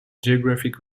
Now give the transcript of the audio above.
geographic